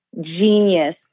genius